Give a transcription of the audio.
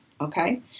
okay